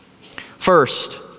First